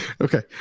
okay